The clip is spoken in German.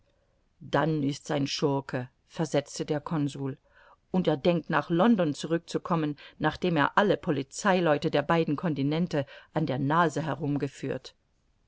dann ist's ein schurke versetzte der consul und er denkt nach london zurückzukommen nachdem er alle polizeileute der beiden continente an der nase herum